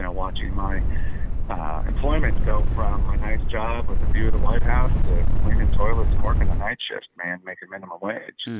and watching my employment go from a nice job with a view of the white house to cleaning toilets and working the night shifts, man, making minimum wage